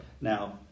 Now